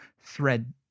thread